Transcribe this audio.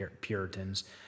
Puritans